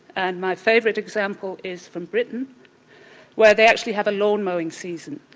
and my favourite example is from britain where they actually have a lawn mowing season.